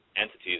entities